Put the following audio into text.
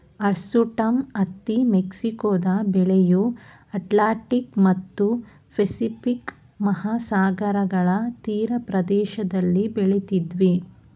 hirsutum ಹತ್ತಿ ಮೆಕ್ಸಿಕೊದ ಬೆಳೆಯು ಅಟ್ಲಾಂಟಿಕ್ ಮತ್ತು ಪೆಸಿಫಿಕ್ ಮಹಾಸಾಗರಗಳ ತೀರಪ್ರದೇಶದಲ್ಲಿ ಬೆಳಿತಿದ್ವು